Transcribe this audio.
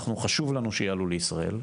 אנחנו חשוב לנו שיעלו לישראל,